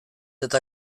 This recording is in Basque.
eta